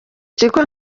kigo